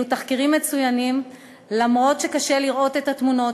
אלה תחקירים מצוינים אף שקשה לראות את התמונות.